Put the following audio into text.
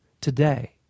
today